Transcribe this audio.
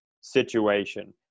situation